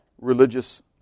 religious